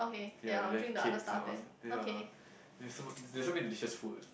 ya there's cakes and all ya there's so much there's so many delicious food